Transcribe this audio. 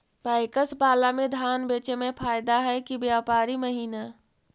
PACS बाला में धान बेचे मे फायदा है कि व्यापारी महिना?